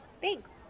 Thanks